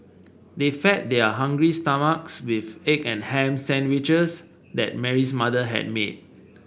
they fed their hungry stomachs with egg and ham sandwiches that Mary's mother had made